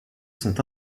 sont